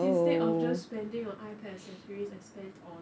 instead of just spending on ipad accessories I spent on